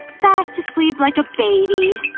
fast asleep like a baby,